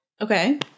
Okay